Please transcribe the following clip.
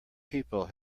people